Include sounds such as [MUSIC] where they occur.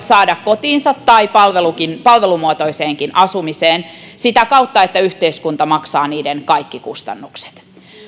[UNINTELLIGIBLE] saada kotiinsa tai palvelumuotoiseenkin asumiseen sitä kautta että yhteiskunta maksaa niiden kaikki kustannukset